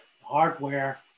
hardware